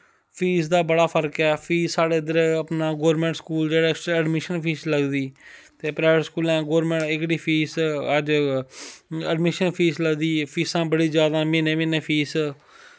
fees दा बड़ा फर्क ऐ फीस साढ़े इध्दर अपनै गौरमैंट स्कूल जेह्ड़ा इस च अडमिशन फीस लगदी ते प्राईवेट स्कूलैं एह्कड़ी फीस अज्ज अडमिशन फीस लगदी फीसां बड़ियां जादा म्हीनै म्हीनै फीसां